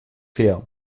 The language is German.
fair